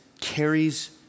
carries